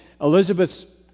Elizabeth's